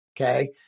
okay